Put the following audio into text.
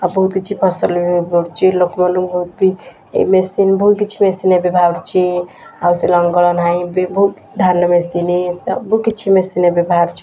ଆଉ ବହୁତ୍ କିଛି ଫସଲ ବି ବଢ଼ୁଛି ଲୋକମାନଙ୍କୁ ବି ଏଇ ମେସିନ୍ ବହୁତ କିଛି ମେସିନ୍ ଏବେ ବାହାରୁଛି ଆଉ ସେ ଲଙ୍ଗଳ ନାହିଁ ବି ବହୁତ ଧାନ ମେସିନ୍ ସବୁ କିଛି ମେସିନ୍ ଏବେ ବାହାରୁଛି